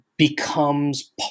becomes